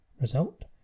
Result